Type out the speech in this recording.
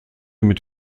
mit